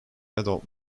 adult